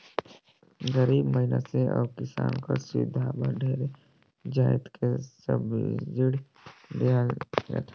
गरीब मइनसे अउ किसान कर सुबिधा बर ढेरे जाएत में सब्सिडी देहल जाथे